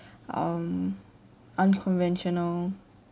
um unconventional